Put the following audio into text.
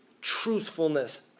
Truthfulness